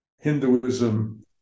Hinduism